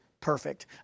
perfect